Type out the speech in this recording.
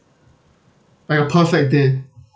like your perfect day